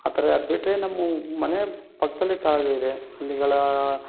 ಆ ಥರ ಅದು ಬಿಟ್ಟರೆ ನಮ್ಮ ಮನೆ ಪಕ್ಕದಲ್ಲಿ ಕಾಲುವೆ ಇದೆ ಅಲ್ಲಿಗಳ